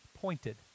pointed